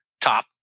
top